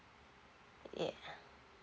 yeah